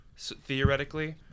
theoretically